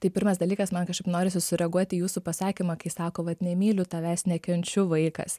tai pirmas dalykas man kažkaip norisi sureaguoti į jūsų pasakymą kai sako vat nemyliu tavęs nekenčiu vaikas